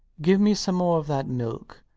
give me some more of that milk.